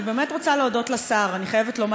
אני באמת רוצה להודות לשר, אני חייבת לומר.